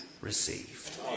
received